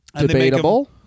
Debatable